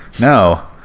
No